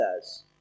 says